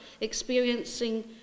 experiencing